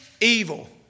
evil